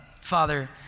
Father